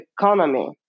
economy